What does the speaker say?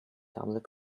tablet